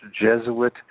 Jesuit